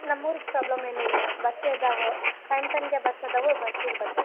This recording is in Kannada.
ನಮ್ಮ ಊರ್ಗೆ ಪ್ರಾಬ್ಲಮ್ ಏನೂ ಇಲ್ಲ ಬಸ್ ಅದಾವೆ ಟೈಮ್ ಟೈಮಿಗೆ ಬಸ್ ಅದಾವೆ ಬಸ್ಸಿಗೆ ಬರಬೇಕು